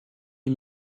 est